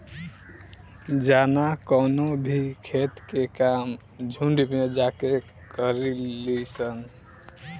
जाना कवनो भी खेत के काम झुंड में जाके करेली सन